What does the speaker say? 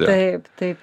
taip taip